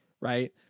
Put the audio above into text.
right